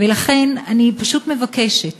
לכן אני פשוט מבקשת